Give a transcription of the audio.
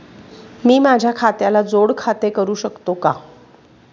मी माझ्या खात्याला जोड खाते करू शकतो का?